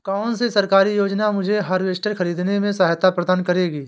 कौन सी सरकारी योजना मुझे हार्वेस्टर ख़रीदने में सहायता प्रदान करेगी?